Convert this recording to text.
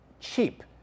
cheap